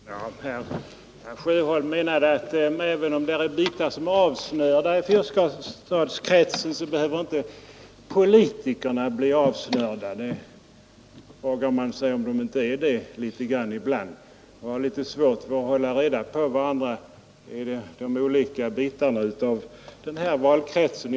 Herr talman! Herr Sjöholm sade att även om bitar i fyrstadskretsen är avsnörda, så behöver inte politikerna bli avsnörda. Man frågar sig om de ändå inte på skilda sätt är litet avsnörda och har svårt att hålla reda på varandra i de olika bitarna av den här valkretsen.